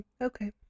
okay